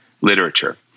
literature